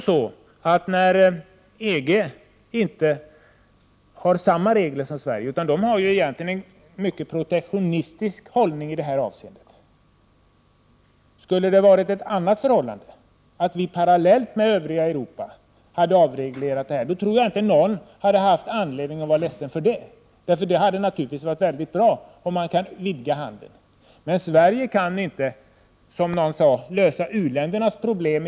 EG har inte samma regler som Sverige. EG har egentligen en mycket protektionistisk hållning i detta avseende. Hade förhållandet varit ett annat, att vi parallellt med det övriga Europa hade gjort en avreglering, tror jag inte någon hade haft anledning att vara ledsen. Det hade naturligtvis varit bra att vidga handeln. Men Sverige kan inte, som någon sade, lösa u-ländernas problem.